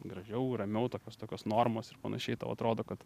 gražiau ramiau tokios tokios normos ir panašiai tau atrodo kad